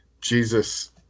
jesus